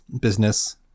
business